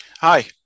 Hi